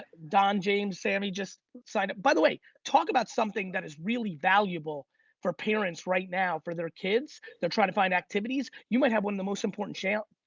don james samy just signed up. by the way. talk about something that is really valuable for parents right now for their kids. they're trying to find activities. you might have one of the most important shout,